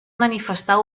manifestar